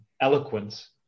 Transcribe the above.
eloquence